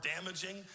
damaging